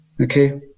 Okay